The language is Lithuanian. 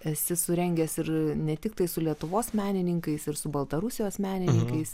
esi surengęs ir ne tiktai su lietuvos menininkais ir su baltarusijos menininkais